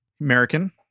American